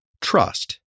trust